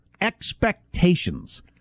expectations